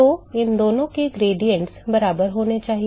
तो इन दोनों के ग्रेडिएंट बराबर होने चाहिए